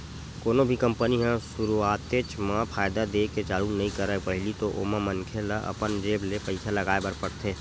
कोनो भी कंपनी ह सुरुवातेच म फायदा देय के चालू नइ करय पहिली तो ओमा मनखे ल अपन जेब ले पइसा लगाय बर परथे